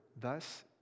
thus